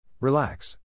Relax